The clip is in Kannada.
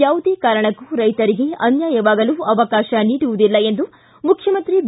ಯಾವುದೇ ಕಾರಣಕ್ಕೂ ರೈಶರಿಗೆ ಅನ್ಯಾಯವಾಗಲು ಅವಕಾಶ ನೀಡುವುದಿಲ್ಲ ಎಂದು ಮುಖ್ಯಮಂತ್ರಿ ಬಿ